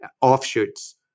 offshoots